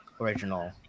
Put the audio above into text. original